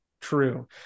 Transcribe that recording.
True